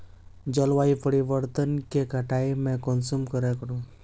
जलवायु परिवर्तन के कटाई में कुंसम करे करूम?